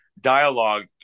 dialogue